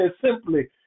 simply